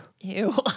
Ew